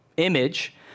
image